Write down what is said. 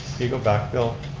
you go back phil